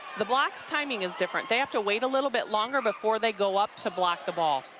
the block's timingis different they have to wait a little bit longer before they go up to block the wall.